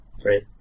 Great